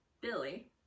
Billy